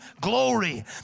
glory